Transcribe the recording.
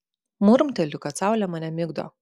murmteliu kad saulė mane migdo